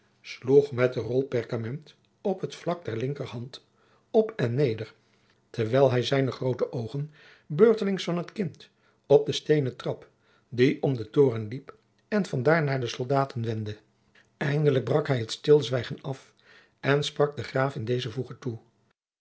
sloeg met de rol perkament op het vlak der linkerhand op en neder terwijl hij zijne groote oogen beurtelings van het kind op den steenen trap die om den toren liep en vandaar naar de soldaten wendde eindelijk brak hij het stilzwijgen af en sprak den graaf in dezer voege aan